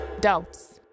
Doubts